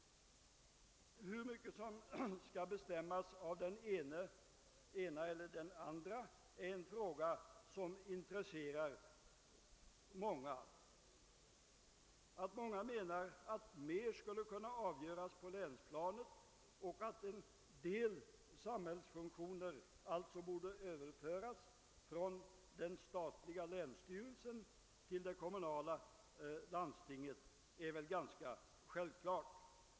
Hur mycket som skall bestämmas av den ena och den andra är en fråga som intresserar många. Många menar att mer skulle kunna avgöras på länsplanet och att en del samhällsfunktioner alltså borde överföras från den statliga länsstyrelsen till det kommunala landstinget.